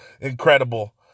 incredible